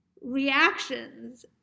reactions